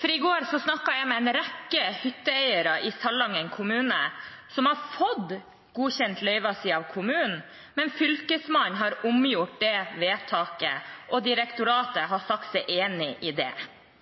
for i går snakket jeg med en rekke hytteeiere i Salangen kommune som hadde fått godkjent løyvet sitt av kommunen, men Fylkesmannen har